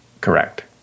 Correct